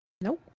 Nope